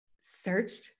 searched